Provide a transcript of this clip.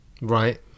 Right